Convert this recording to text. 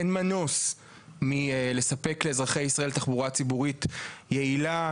אין מנוס מלספק לאזרחי ישראל תחבורה ציבורית יעילה,